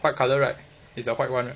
white colour right is the white [one]